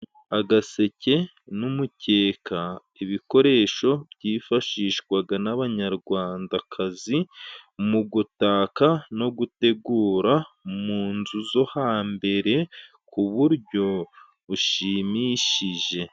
Agaseke n'umukeka ibikoresho byifashishwaga n'abanyarwandakazi mu gutaka no gutegura mu nzu zo hambere ku buryo bushimishije.